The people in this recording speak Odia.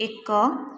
ଏକ